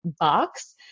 box